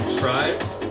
tribes